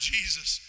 Jesus